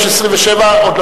26 ו-27, עוד לא